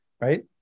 right